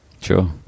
Sure